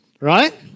Right